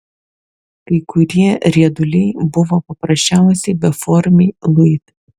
kai kurie rieduliai buvo paprasčiausi beformiai luitai